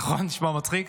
נכון נשמע מצחיק?